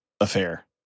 affair